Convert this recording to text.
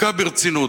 דקה ברצינות.